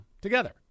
together